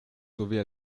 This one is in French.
sauver